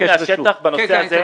בנושא הזה